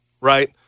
right